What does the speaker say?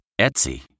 Etsy